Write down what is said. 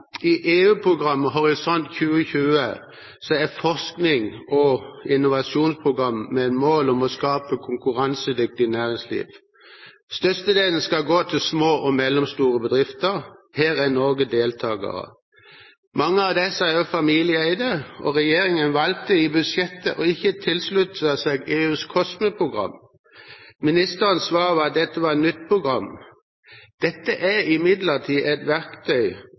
i EU-programmet Horisont 2020 er et forsknings- og innovasjonsprogram med mål om å skape et konkurransedyktig næringsliv. Størstedelen skal gå til små og mellomstore bedrifter. Her er Norge deltaker. Mange av disse er også familieeide, og regjeringen valgte i budsjettet ikke å tilslutte seg EUs COSME-program. Ministerens svar var at dette var et nytt program. Dette er imidlertid et verktøy